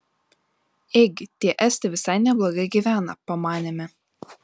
ėgi tie estai visai neblogai gyvena pamanėme